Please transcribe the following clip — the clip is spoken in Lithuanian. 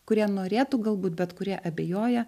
kurie norėtų galbūt bet kurie abejoja